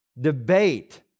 debate